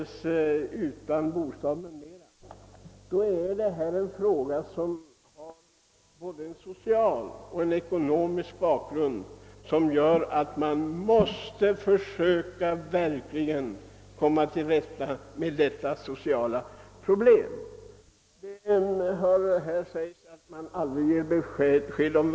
Då sådant förekommer måste man säga sig att detta är en fråga som har både en social och en ekonomisk bakgrund — det är ett socialt problem som vi verkligen måste komma till rätta med. I interpellationssvaret sägs att besked om vräkning aldrig ges till kontraktslös.